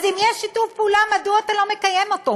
אם יש שיתוף פעולה, מדוע אתה לא מקיים אותו?